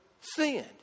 sinned